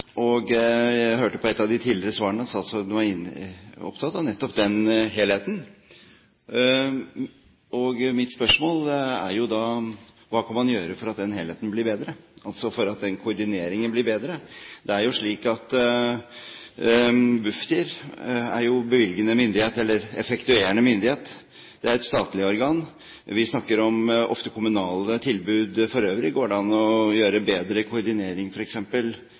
Jeg hørte på et av de tidligere svarene at statsråden var opptatt av nettopp den helheten. Mitt spørsmål er da: Hva kan man gjøre for at den helheten blir bedre, altså for at koordineringen blir bedre? Det er jo slik at Bufdir er effektuerende myndighet. Det er et statlig organ. Vi snakker ofte om kommunale tilbud for øvrig. Går det an å gjøre koordineringen bedre